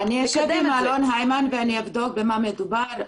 אני אשב עם אלון הימן ואני אבדוק במה מדובר,